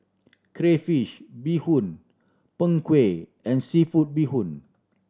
crayfish beehoon Png Kueh and seafood bee hoon